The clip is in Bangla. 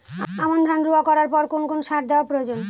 আমন ধান রোয়া করার পর কোন কোন সার দেওয়া প্রয়োজন?